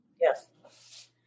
Yes